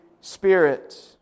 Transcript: Spirit